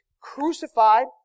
crucified